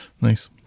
Nice